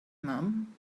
mom